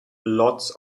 lots